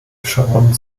scharon